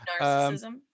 narcissism